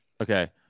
Okay